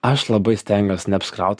aš labai stengiuos neapsikraut